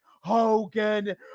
Hogan